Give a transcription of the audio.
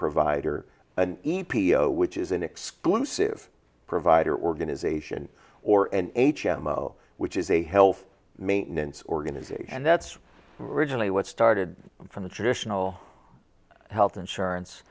provider and e p o which is an exclusive provider organization or and h m o which is a health maintenance organizations and that's originally what started from the traditional health insurance